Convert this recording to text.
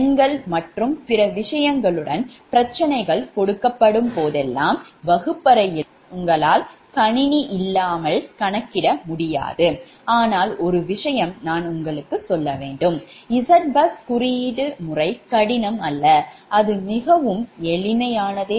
எண்கள் மற்றும் பிற விஷயங்களுடன் பிரச்சினைகள் கொடுக்கப்படும்போதெல்லாம் வகுப்பறையில் உங்களல் கணினி இல்லாமல் கணக்கிட முடியாது ஆனால் ஒரு விஷயம் நான் உங்களுக்கு சொல்ல முடியும் ZBus குறியீட்டு முறை கடினம் அல்ல அது மிகவும் எளிதானது